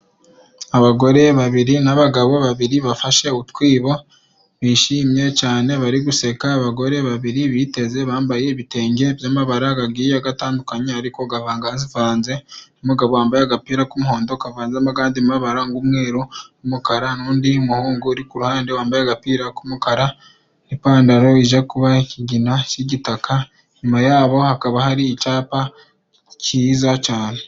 Abagore babiri n'abagabo babiri， bafashe utwibo bishimye cane bari guseka， abagore babiri biteze，bambaye ibitenge by'amabara gagiye gatandukanye， ariko gavangavanze， n’umugabo wambaye agapira k'umuhondo， kavanzemo agandi mabara g 'umweru， n’umukara， n'undi muhungu uri ku ruhande，wambaye agapira k'umukara n'ipantaro ija kuba ikigina cy'igitaka， inyuma yabo hakaba hari icapa cyiza cyane.